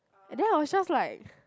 and then I was just like